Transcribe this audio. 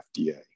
FDA